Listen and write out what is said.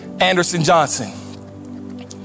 Anderson-Johnson